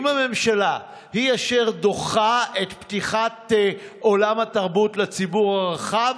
אם הממשלה היא אשר דוחה את פתיחת עולם התרבות לציבור הרחב,